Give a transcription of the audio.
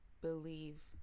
believe